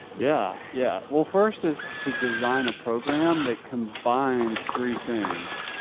yeah. yeah. well, first is to design a program that combines three things,